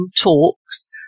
talks